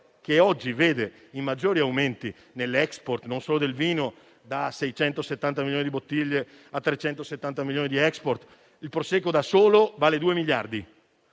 che oggi vede i maggiori aumenti nell'*export*, non sono del vino: da 670 milioni di bottiglie a 370 milioni di *export*; il Prosecco da solo vale 2 miliardi,